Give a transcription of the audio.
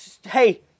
hey